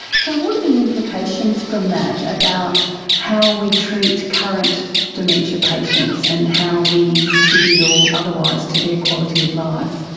so what are the implications from that about how we treat current dementia patients and how we contribute or otherwise to their quality of life?